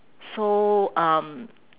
so um